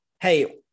hey